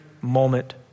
moment